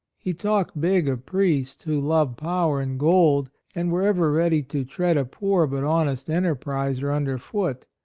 he talked big of priests who loved power and gold, and were ever ready to tread a poor but honest enterpriser underfoot.